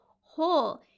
whole